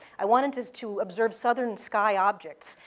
i wanted to to observe southern sky objects,